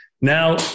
Now